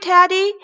Teddy